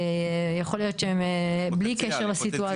יכול להיות בלי קשר לסיטואציה.